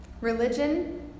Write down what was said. Religion